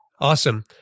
Awesome